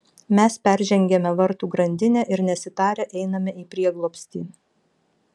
mes peržengiame vartų grandinę ir nesitarę einame į prieglobstį